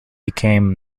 became